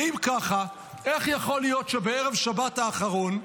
ואם ככה, איך יכול להיות שבערב שבת האחרון,